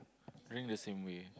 during the same way